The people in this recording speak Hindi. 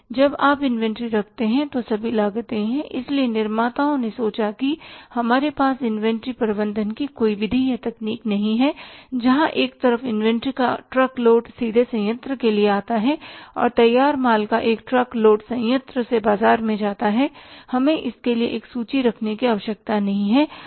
जब आप इन्वेंट्री रखते हैं तो सभी लागतें होती हैं इसलिए निर्माताओं ने सोचा कि हमारे पास इन्वेंट्री प्रबंधन की कोई विधि या तकनीक नहीं है जहां एक तरफ इन्वेंट्री का ट्रक लोड सीधे संयंत्र के लिए आता है और तैयार माल का एक ट्रक लोड संयंत्र से बाजार में जाता है हमें इसके लिए एक सूची रखने की आवश्यकता नहीं है